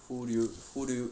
who do you who do you